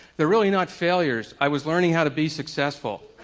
they're really not failures, i was learning how to be successful.